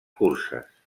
curses